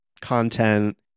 content